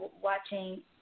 watching